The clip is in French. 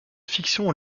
fiction